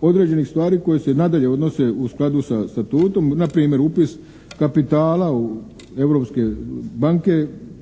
određenih stvari koje se i nadalje odnose u skladu sa statutom, npr. upis kapitala u europske banke,